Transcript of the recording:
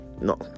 no